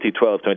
2012